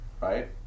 right